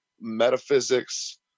metaphysics